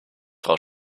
frau